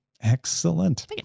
Excellent